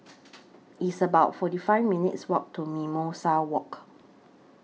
It's about forty five minutes' Walk to Mimosa Walk